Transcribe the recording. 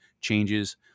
changes